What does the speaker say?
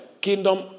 kingdom